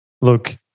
Look